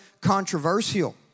controversial